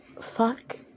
fuck